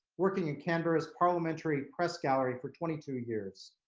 working in canberra as parliamentary press gallery for twenty two years.